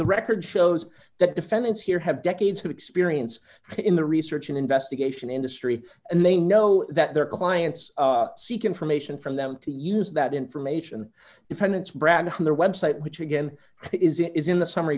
the record shows that defendants here have decades of experience in the research and investigation industry and they know that their clients seek information from them to use that information defendant's brabham their website which again is it is in the summ